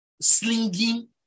slinging